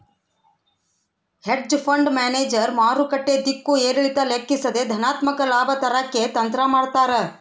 hedge fund manager ಮಾರುಕಟ್ಟೆ ದಿಕ್ಕು ಏರಿಳಿತ ಲೆಕ್ಕಿಸದೆ ಧನಾತ್ಮಕ ಲಾಭ ತರಕ್ಕೆ ತಂತ್ರ ಮಾಡ್ತಾರ